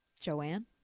Joanne